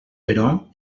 però